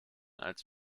als